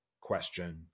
question